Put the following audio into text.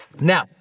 Now